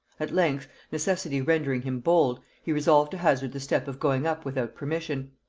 at length, necessity rendering him bold, he resolved to hazard the step of going up without permission.